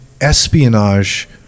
espionage